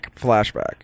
Flashback